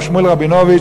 הרב שמואל רבינוביץ,